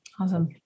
Awesome